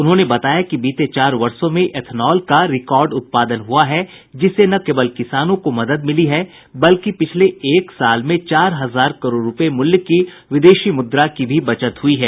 उन्होंने बताया कि बीते चार वर्षों में एथनॉल का रिकॉर्ड उत्पादन हुआ है जिससे न केवल किसानों को मदद मिली है बल्कि पिछले एक साल में चार हजार करोड़ रुपये मूल्य की विदेशी मुद्रा की भी बचत हुई है